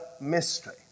mystery